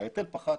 ההיטל פחת,